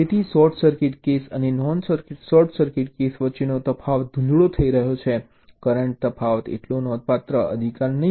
તેથી short circuit case અને non short circuit case વચ્ચેનો તફાવત ધૂંધળો થઈ રહ્યો છે કરંટમાં તફાવત એટલો નોંધપાત્ર અધિકાર નહીં હોય